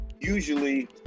usually